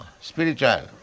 spiritual